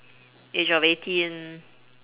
age of eighteen